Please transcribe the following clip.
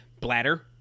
bladder